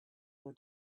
your